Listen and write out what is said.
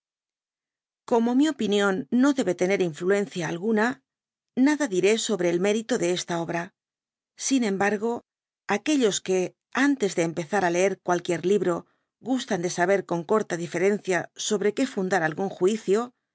como mi opinión no debe tener infíucncia alguna i da diré obre el mérito de esta obraí sin encargo aquellos que antes de empesar á leer cualquier libro gustan de saber con corta diferencia sobre que fundar algún juicio